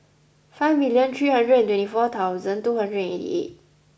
five million three hundred and twenty four thousand two hundred and eighty eight